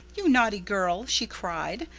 you naughty girl she cried,